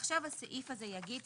עכשיו הסעיף הזה יאמר כך: